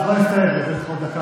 סליחה, הוא עושה דיאלוג.